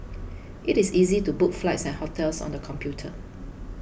it is easy to book flights and hotels on the computer